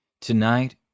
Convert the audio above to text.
Tonight